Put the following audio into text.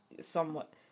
somewhat